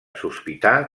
sospitar